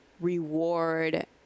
reward